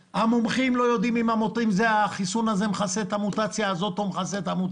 המומחים לא יודעים אם החיסון הזה מכסה את המוטציה הזו או האחרת,